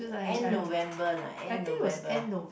end November lah end November